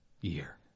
year